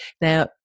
Now